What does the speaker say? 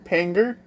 Panger